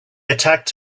attacked